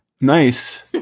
Nice